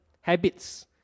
habits